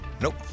Nope